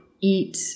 eat